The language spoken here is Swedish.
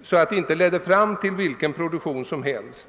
på detta område, så att den inte ledde till vilken produktion som helst.